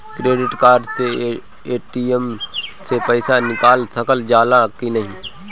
Credit card से ATM से पइसा निकाल सकल जाला की नाहीं?